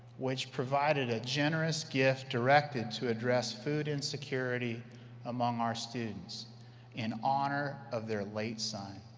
which provided a generous gift directed to address food insecurity among our students in honor of their late son.